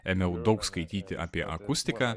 ėmiau daug skaityti apie akustiką